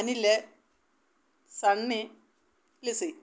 Anil Sunny Lissy